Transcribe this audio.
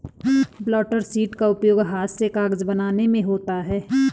blotter sheet का उपयोग हाथ से कागज बनाने में होता है